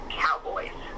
cowboys